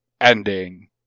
ending